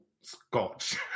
scotch